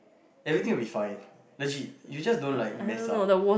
everything will be fine legit you just don't like mess up